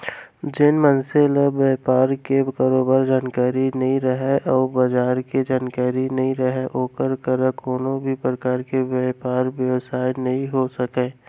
जेन मनसे ल बयपार के बरोबर जानकारी नइ रहय अउ बजार के जानकारी नइ रहय ओकर करा कोनों भी परकार के बयपार बेवसाय नइ हो सकय